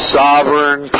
sovereign